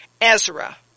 Ezra